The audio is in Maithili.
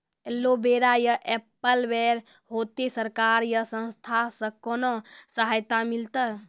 एलोवेरा या एप्पल बैर होते? सरकार या संस्था से कोनो सहायता मिलते?